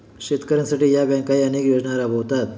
शेतकऱ्यांसाठी या बँकाही अनेक योजना राबवतात